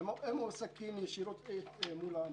הן מועסקות ישירות מול העמותה,